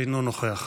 אינו נוכח,